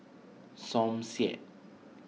Som Said